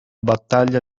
battaglia